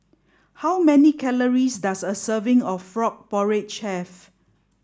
how many calories does a serving of frog porridge have